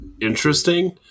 interesting